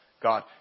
god